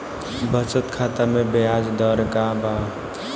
बचत खाता मे ब्याज दर का बा?